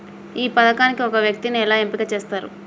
ఈ పథకానికి ఒక వ్యక్తిని ఎలా ఎంపిక చేస్తారు?